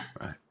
right